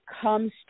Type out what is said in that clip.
comes